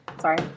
sorry